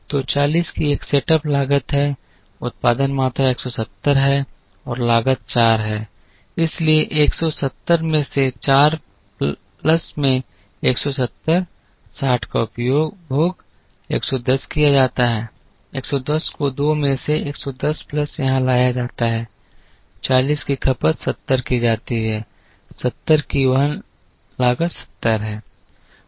तो 40 की एक सेटअप लागत है उत्पादन मात्रा 170 है और लागत 4 है इसलिए 170 में से 4 प्लस में 170 60 का उपभोग 110 किया जाता है 110 को 2 में से 110 प्लस यहां लाया जाता है 40 की खपत 70 की जाती है 70 की वहन लागत 70 है